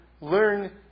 learn